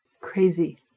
Crazy